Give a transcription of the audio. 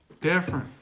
different